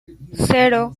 cero